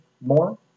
more